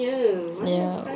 ya